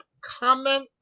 comment